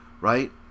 right